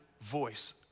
voice